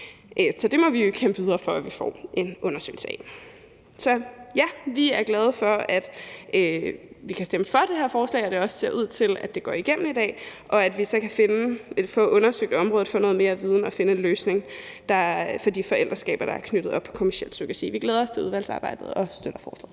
Så det må vi jo kæmpe videre for at vi får en undersøgelse af. Vi er glade for, at vi kan stemme for det her forslag, og at det også ser ud til, at det går igennem i dag, og at vi så kan få undersøgt området og få noget mere viden og finde en løsning for de forældreskaber, der er knyttet op på kommerciel surrogati. Vi glæder os til udvalgsarbejdet og støtter forslaget.